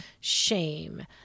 shame